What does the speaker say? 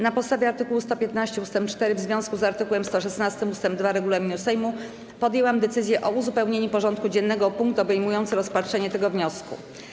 Na podstawie art. 115 ust. 4 w związku z art. 116 ust. 2 regulaminu Sejmu podjęłam decyzję o uzupełnieniu porządku dziennego o punkt obejmujący rozpatrzenie tego wniosku.